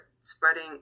spreading